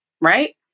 right